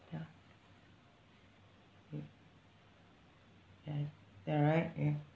ya mm ya ya right ya